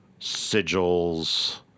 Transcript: sigils